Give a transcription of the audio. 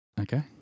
Okay